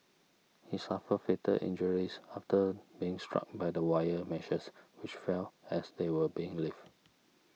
he suffered fatal injuries after being struck by the wire meshes which fell as they were being lifted